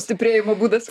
stiprėjimo būdas